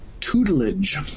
tutelage